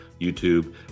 YouTube